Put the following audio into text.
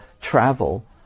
travel